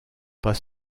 pas